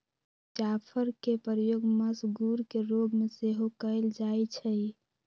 जाफरके प्रयोग मसगुर के रोग में सेहो कयल जाइ छइ